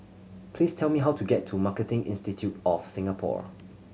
please tell me how to get to Marketing Institute of Singapore